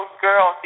girls